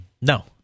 No